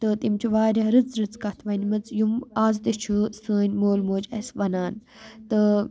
تہٕ تِم چھِ واریاہ رٕژ رٕژ کَتھ ونہِ مژٕ یِم آز تہِ چھُ سٲنۍ مول موج اَسہِ وَنان تہٕ